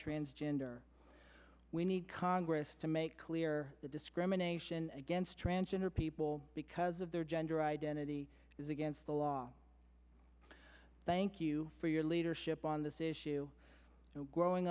transgender we need congress to make clear that discrimination against transgender people because of their gender identity is against the law thank you for your leadership on this issue growing